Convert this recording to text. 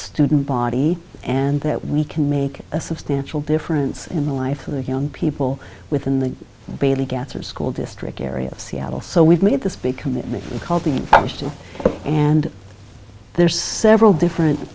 student body and that we can make a substantial difference in the life of the young people within the bailey gasser school district area of seattle so we've made this big commitment occulting action and there's several different